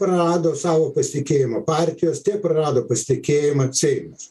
prarado savo pasitikėjimą partijos tiek prarado pasitikėjimą seimas